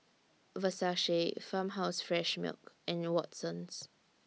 Versace Farmhouse Fresh Milk and Watsons